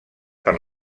per